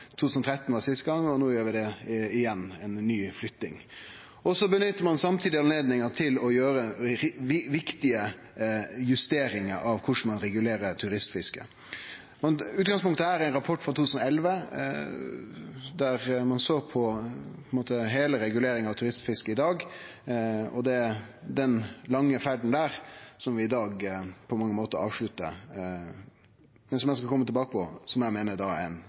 2013 var siste gongen, og no gjer vi ei ny flytting. Samtidig nyttar ein anledninga til å gjere viktige justeringar av korleis ein regulerer turistfiske. Utgangspunktet er ein rapport frå 2011, der ein såg på heile reguleringa av turistfiske i dag. Det er den lange ferda der som vi i dag på mange måtar avsluttar, men som eg, som eg skal koma tilbake til, meiner er ein